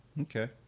Okay